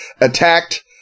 attacked